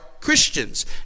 Christians